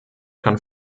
kann